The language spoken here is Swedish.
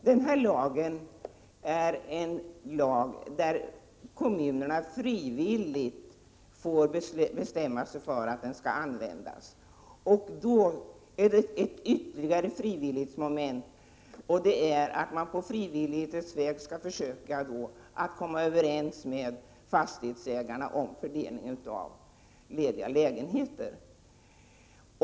Herr talman! Jag vill ytterligare understryka att den här lagen får kommunerna frivilligt bestämma sig för om de skall använda. Ett ytterligare frivillighetsmoment är att man på frivillighetens väg skall försöka att komma överens med fastighetsägarna om fördelningen av lediga lägenheter.